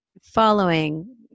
following